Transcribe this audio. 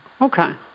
Okay